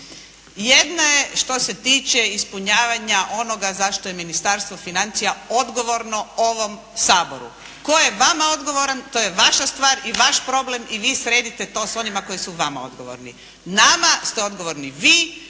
Jedna je što se tiče ispunjavanja onoga zašto je ministarstvo odgovorno ovom Saboru. Tko je vama odgovoran to je vaša stvar i vaš problem i vi sredite to s onima koji su vama odgovorni. Nama ste odgovorni vi